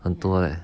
很多嘞